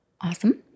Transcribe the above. Awesome